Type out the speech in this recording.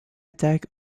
attack